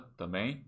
também